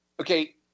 Okay